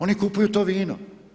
Oni kupuju to vino.